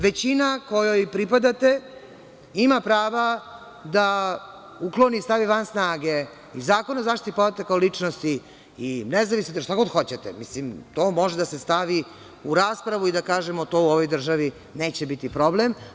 Većina kojoj pripadate ima prava da ukloni i stavi van snage i Zakon o zaštiti podataka o ličnosti, i nezavisno, šta god hoćete, to može da se stavi u raspravu i da kažemo – to u ovoj državi neće biti problem.